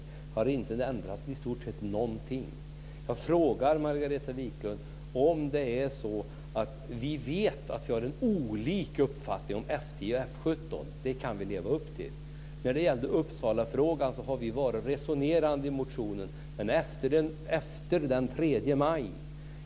Vi har i stort sett inte ändrat någonting. Vi vet att vi har olika uppfattning om F 10 och F 17. När det gäller Uppsalafrågan har vi varit resonerande i motionen, och det var efter den 3 maj.